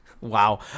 Wow